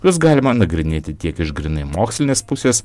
juos galima nagrinėti tiek iš grynai mokslinės pusės